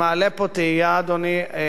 אדוני סגן ראש הממשלה,